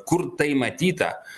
kur tai matyta